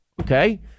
Okay